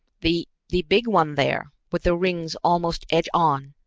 the the big one there, with the rings almost edge-on.